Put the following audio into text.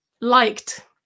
liked